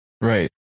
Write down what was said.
Right